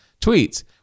tweets